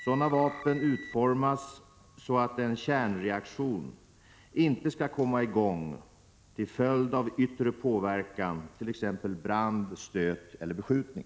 Sådana vapen utformas så att en kärnreaktion inte skall komma i gång till följd av yttre påverkan, t.ex. brand, stöt eller beskjutning.